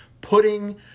putting